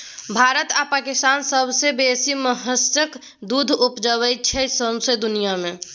भारत आ पाकिस्तान सबसँ बेसी महिषक दुध उपजाबै छै सौंसे दुनियाँ मे